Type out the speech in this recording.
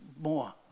more